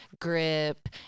Grip